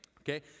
Okay